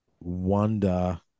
wonder